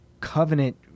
covenant